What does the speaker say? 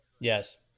Yes